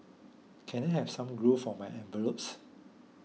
can I have some glue for my envelopes